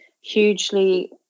hugely